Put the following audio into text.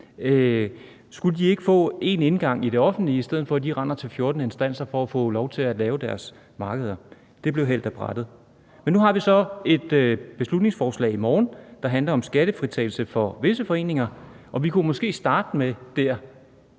ikke kunne få én indgang til det offentlige, i stedet for at de skal rende til 14 instanser for at få lov til at lave deres markeder? Det forslag blev hældt af brættet. Men nu har vi så et beslutningsforslag i morgen, der handler om skattefritagelse for visse foreninger. Og vi kunne måske starte med der